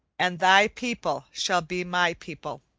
and thy people shall be my people.